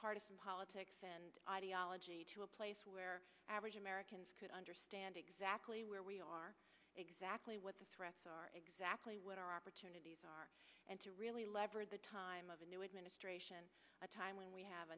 partisan politics and ideology to a place where average americans could understand exactly where we are exactly what the threats are exactly what our opportunities are and to really leverage the time of a new administration a time when we have